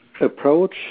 approach